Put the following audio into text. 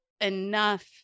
enough